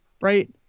Right